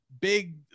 big